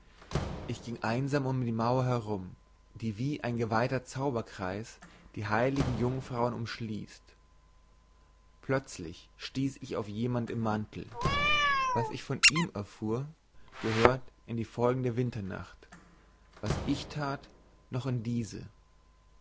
ich ging einsam um die mauer herum die wie ein geweiheter zauberkreis die heiligen jungfrauen umschließt plözlich stieß ich auf jemand im mantel was ich von ihm erfuhr gehört in die folgende winternacht was ich that noch in diese